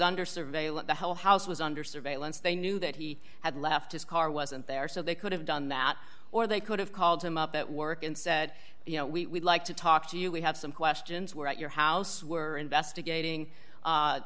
under surveillance the whole house was under surveillance they knew that he had left his car wasn't there so they could have done that or they could have called him up at work and said you know we like to talk to you we have some questions we're at your house were investigating